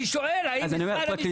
אני שואל האם משרד